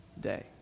day